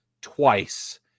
twice